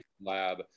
lab